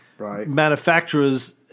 Manufacturers